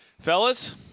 fellas